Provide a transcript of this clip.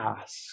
ask